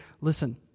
Listen